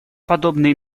подобные